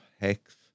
Hex